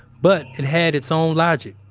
but it had its own logic.